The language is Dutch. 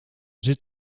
zit